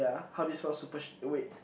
wait ah how do you spell super eh wait